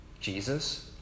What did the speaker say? Jesus